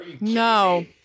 No